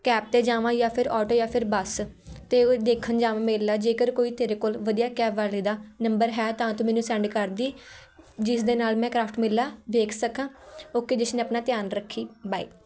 cab 'ਤੇ ਜਾਵਾਂ ਜਾਂ ਫਿਰ ਔਟੋ ਜਾਂ ਫਿਰ ਬੱਸ 'ਤੇ ਦੇਖਣ ਜਾਵਾਂ ਮੇਲਾ ਜੇਕਰ ਕੋਈ ਤੇਰੇ ਕੋਲ ਵਧੀਆ ਕੈਬ ਵਾਲੇ ਦਾ ਨੰਬਰ ਹੈ ਤਾਂ ਤੂੰ ਮੈਨੂੰ ਸੈਂਡ ਕਰਦੀ ਜਿਸ ਦੇ ਨਾਲ ਮੈਂ ਕ੍ਰਾਫਟ ਮੇਲਾ ਵੇਖ ਸਕਾਂ ਓਕੇ ਜਸ਼ਨ ਆਪਣਾ ਧਿਆਨ ਰੱਖੀਂ ਬਾਏ